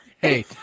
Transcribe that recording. Hey